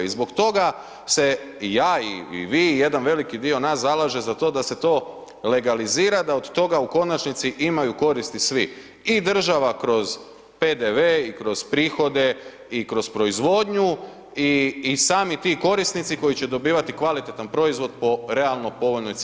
I zbog toga se i ja i vi i jedan veliki dio vas zalaže za to da se to legalizira, da od toga u konačnici, imaju koristi i svi i država kroz PDV i kroz prihode i kroz proizvodnju i sami ti korisnici, koji će dobivati kvalitetan proizvod po realno povoljnoj cijeni.